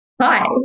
Hi